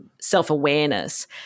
self-awareness